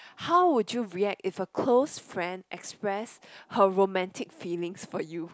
how would you react if a close friend express her romantic feelings for you